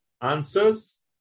answers